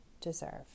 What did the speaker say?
deserve